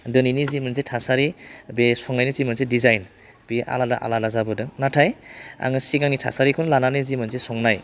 दिनैनि जि मोनसे थासारि बे संनायनि जि मोनसे डिजाइन बे आलादा आलादा जाबोदों नाथाय आङो सिगांनि थासारिखौ लानानै जि मोनसे संनाय